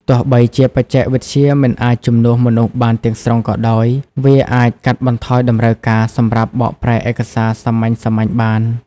ទោះបីជាបច្ចេកវិទ្យាមិនអាចជំនួសមនុស្សបានទាំងស្រុងក៏ដោយ វាអាចកាត់បន្ថយតម្រូវការសម្រាប់បកប្រែឯកសារសាមញ្ញៗបាន។